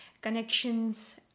connections